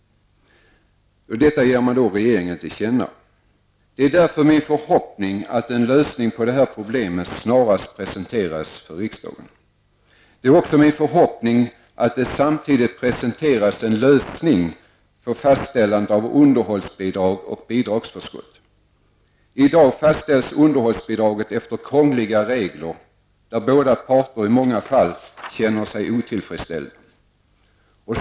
Detta ger man regeringen till känna. Det är därför min förhoppning att en lösning på detta problem snarast presenteras för riksdagen. Det är också min förhoppning att det samtidigt presenteras en lösning för fastställande av underhållsbidrag och bidragsförskott. I dag fastställs underhållsbidraget efter krångliga regler, där båda parter i många fall känner sig otillfredsställda.